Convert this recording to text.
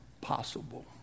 possible